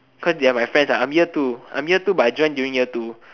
cause of they're my friends ah I'm year two I'm year two but I join during year two